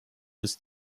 dass